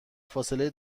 فاصله